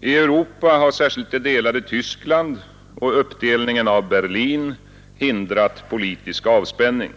I Europa har särskilt det delade Tyskland och uppdelningen av Berlin hindrat politisk avspänning.